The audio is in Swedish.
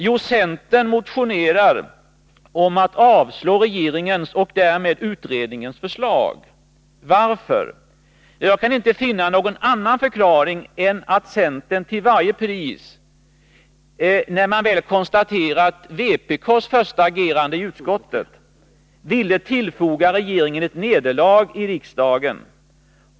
Jo, centern motionerar om att avslå regeringens och därmed utredningens förslag. Varför? Jag kan inte finna någon annan förklaring än att centern till varje pris, när man väl konstaterat vänsterpartiet kommunisternas första agerande i utskottet, ville tillfoga regeringen ett nederlag i riksdagen.